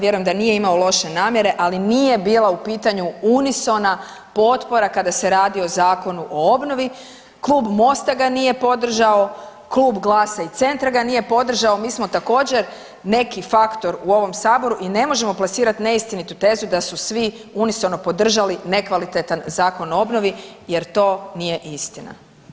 Vjerujem da nije imao loše namjere, ali nije bila u pitanju unisona potpora kada se radi o Zakonu o obnovi, Klub MOST-a ga nije podržao, Klub GLAS-a i Centra ga nije podržao, mi smo također neki faktor u ovom saboru i ne možemo plasirati neistinitu tezu da su svi unisono podržali nekvalitetan Zakon o obnovi jer to nije istina.